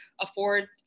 afford